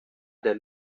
der